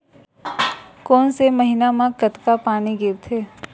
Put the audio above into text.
कोन से महीना म कतका पानी गिरथे?